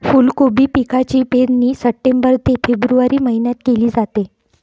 फुलकोबी पिकाची पेरणी सप्टेंबर ते फेब्रुवारी महिन्यात केली जाते